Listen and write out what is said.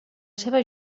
seva